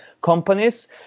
companies